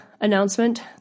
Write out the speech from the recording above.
announcement